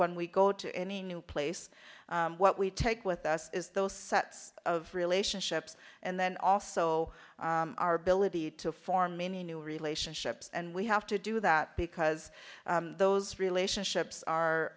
when we go to any new place what we take with us is those sets of relationships and then also our ability to form many new relationships and we have to do that because those relationships are